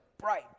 bright